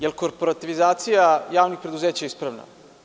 Je l` korporativizacija javnih preduzeća ispravna?